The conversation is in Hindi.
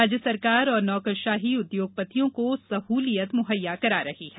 राज्य सरकार और नौकरषाही उद्योगपतियों को सहूलियत मुहैया करा रही है